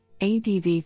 ADV